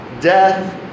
death